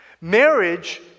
Marriage